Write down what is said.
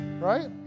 right